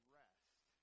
rest